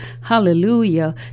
Hallelujah